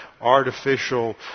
artificial